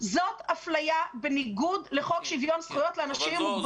זאת אפליה בניגוד לחוק שוויון זכויות לאנשים עם מוגבלויות.